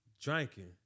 Drinking